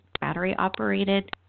battery-operated